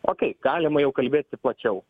okei galima jau kalbėti plačiau